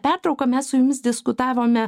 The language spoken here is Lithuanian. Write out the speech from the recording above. pertrauką mes su jumis diskutavome